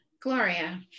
Gloria